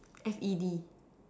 F_A_D